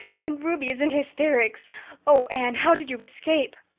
and ruby is in hysterics oh, anne, how did you escape?